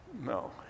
No